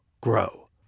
grow